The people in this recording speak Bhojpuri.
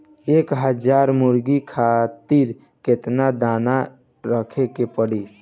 एक हज़ार मुर्गी खातिर केतना दाना रखे के पड़ी?